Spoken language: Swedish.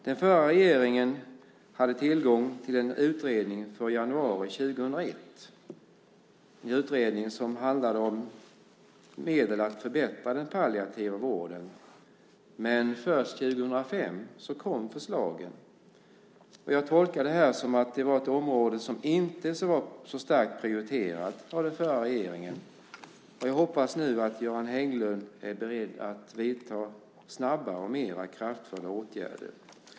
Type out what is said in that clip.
Den förra regeringen hade tillgång till en utredning från januari 2001. Det är en utredning som handlade om medel att förbättra den palliativa vården. Förslagen kom först 2005. Jag tolkar det som att det var ett område som inte var så starkt prioriterat av den förra regeringen. Jag hoppas att Göran Hägglund är beredd att vidta snabbare och mer kraftfulla åtgärder.